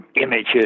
images